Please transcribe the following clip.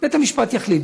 בית-המשפט יחליט.